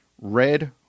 red